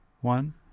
one